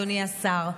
אדוני השר.